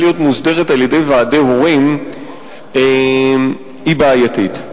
להיות מוסדרת על-ידי ועדי הורים היא בעייתית.